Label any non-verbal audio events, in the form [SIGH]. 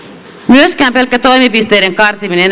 myöskään pelkkä toimipisteiden karsiminen [UNINTELLIGIBLE]